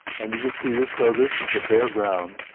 and you can see this so this is the bare ground.